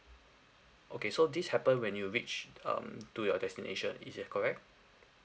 okay so this happen when you reach um to your destination is that correct